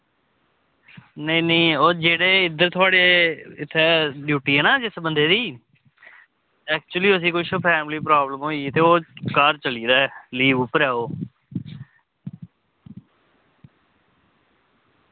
ओह् नेईं नेईं ओह् जेह्ड़े थुआढ़े इद्धर जेह्ड़े इत्थें ड्यूटी ऐ ना जिस बंदे दी एक्चुअली उसी कोई फैमिली प्रॉब्लम होई घर चली गेदा ओह् लीव उप्पर ऐ ओह्